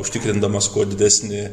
užtikrindamas kuo didesnį